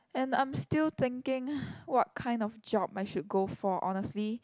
and I'm still thinking what kind of job I should go for honestly